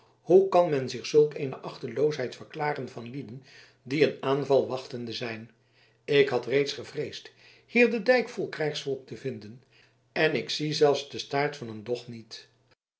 hoe kan men zich zulk eene achteloosheid verklaren van lieden die een aanval wachtende zijn ik had reeds gevreesd hier den dijk vol krijgsvolk te vinden en ik zie zelfs den staart van een dog niet